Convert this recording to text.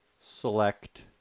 select